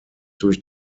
durch